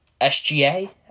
SGA